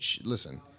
Listen